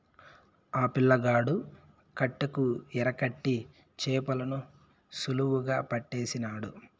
ఆ పిల్లగాడు కట్టెకు ఎరకట్టి చేపలను సులువుగా పట్టేసినాడు